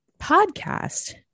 podcast